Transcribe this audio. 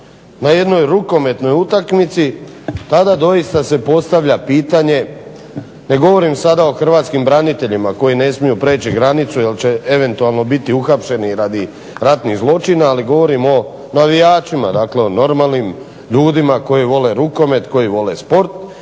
na jednoj rukometnoj utakmici tada se dosita postavlja pitanje, ne govirim sada o hrvatskim braniteljima koji ne smiju prijeći granicu jer će eventualno biti uhapšeni radi ratnih zločina ali govorim o navijačima dakle o normalnim ljudima koji vole rukomet koji vole sport,